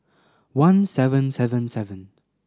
one seven seven seven